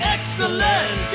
Excellent